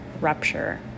rupture